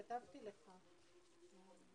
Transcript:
בוקר טוב.